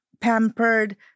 pampered